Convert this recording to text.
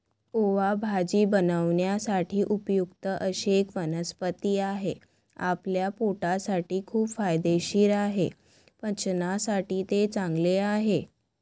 ओवा भाजी बनवण्यासाठी उपयुक्त अशी एक वनस्पती आहे, आपल्या पोटासाठी खूप फायदेशीर आहे, पचनासाठी ते चांगले आहे